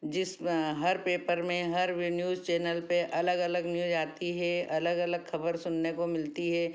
जिस हर पेपर में हर वे न्यूज चैनल पे अलग अलग न्यूज आती है अलग अलग खबर सुनने को मिलती है